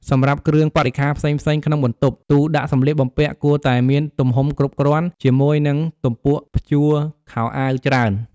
សម្រាប់គ្រឿងបរិក្ខារផ្សេងៗក្នុងបន្ទប់ ទូដាក់សំលៀកបំពាក់ គួរតែមានទំហំគ្រប់គ្រាន់ ជាមួយនឹង ទំពួកព្យួរខោអាវច្រើន។